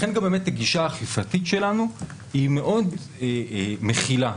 לכן גם הגישה האכיפתית שלנו היא מאוד מכילה.